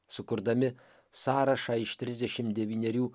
sukurdami sąrašą iš trisdešimt devynerių